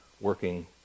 working